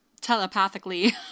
telepathically